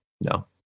no